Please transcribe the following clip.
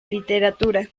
literatura